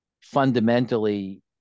fundamentally